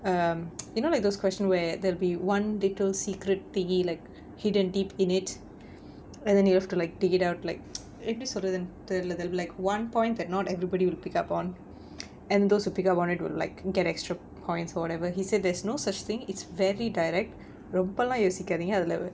um you know like those question where there'll be one little secret thingy like hidden deep in it and then you have to like take it out like எப்படி சொல்றதுன்னு தெரியல:eppadi solrathunnu theriyala like one point that not everybody will pick up on and those who pick up would like get extra points or whatever he said there's no such thing it's very direct ரொம்பல்லாம் யோசிக்காதிங்க அதுல:romballaam yosikkaathinga athula